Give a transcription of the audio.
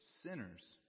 sinners